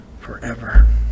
forever